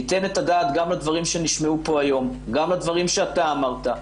גם לדברים שנשמעו פה היום, גם לדברים שאתה אמרת.